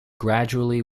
gradually